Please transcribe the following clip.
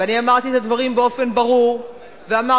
ואני אמרתי את הדברים באופן ברור ואמרתי